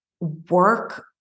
work